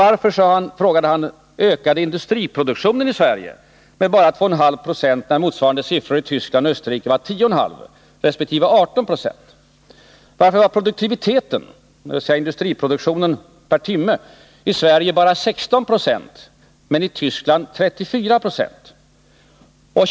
Varför, frågade han, ökade industriproduktionen i Sverige med bara 2,5 26, när motsvarande siffror i Västtyskland och Österrike var 10,5 96 resp. 18 96? Varför var produktiviteten — dvs. industriproduktionen per timme — i Sverige bara 16 96, medan den var 34 90 i Västtyskland?